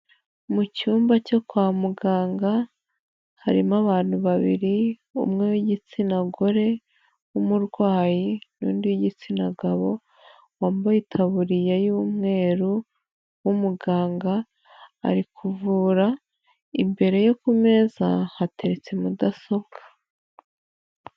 Mu cyumba cyo kwa muganga harimo abantu babiri, umwe w'igitsina gore w'umurwayi n'undi igitsina gabo wambaye itaburiya y'umweru w'umuganga, ari kuvura imbere ye ku meza hateretse mudasobwa.